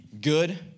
good